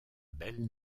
belle